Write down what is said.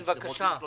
אתם רוצים 36?